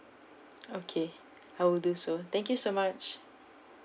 okay I will do so thank you so much